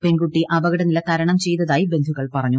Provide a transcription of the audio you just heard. പെൺകുട്ടി അപകടനില തര്യ്ക് ചെയ്തതായി ബന്ധുക്കൾ പറഞ്ഞു